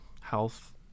health